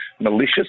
malicious